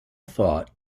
thought